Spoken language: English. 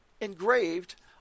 engraved